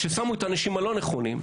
שמינו אליו את האנשים הלא נכונים,